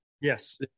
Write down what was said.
Yes